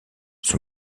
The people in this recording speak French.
son